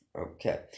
Okay